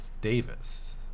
Davis